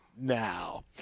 now